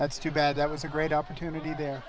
that's too bad that was a great opportunity there